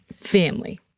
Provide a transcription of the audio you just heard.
Family